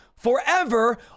forever